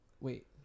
wait